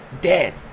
dead